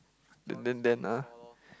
then then then ah